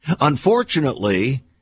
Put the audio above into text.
Unfortunately